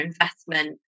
investment